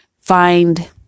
find